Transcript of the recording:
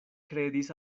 kredis